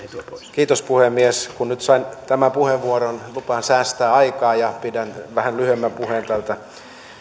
kiitos puhemies kun nyt sain tämän puheenvuoron lupaan säästää aikaa ja pidän vähän lyhyemmän puheen täältä